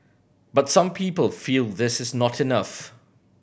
but some people feel this is not enough